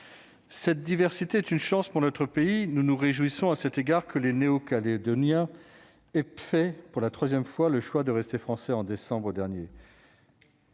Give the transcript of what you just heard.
cette diversité est une chance pour notre pays, nous nous réjouissons à cet égard que les néo-. Calédonien est fait pour la 3ème fois le choix de rester français en décembre dernier.